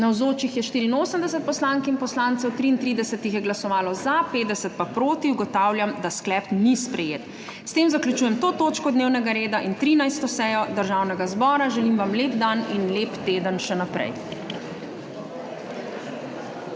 Navzočih je 84 poslank in poslancev, 33 jih je glasovalo za, 50 pa proti. (Za je glasovalo 33.) (Proti 50.) Ugotavljam, da sklep ni sprejet. S tem zaključujem to točko dnevnega reda in 13. sejo Državnega zbora. Želim vam lep dan in lep teden še naprej!